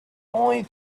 only